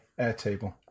Airtable